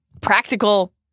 practical